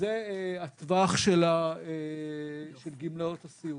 זה הטווח של גמלאות הסיעוד.